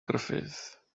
gruffudd